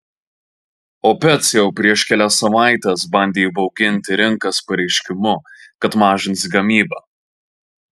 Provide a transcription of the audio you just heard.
opec jau prieš kelias savaites bandė įbauginti rinkas pareiškimu kad mažins gamybą